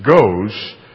goes